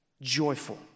joyful